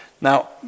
Now